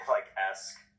like-esque